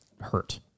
hurt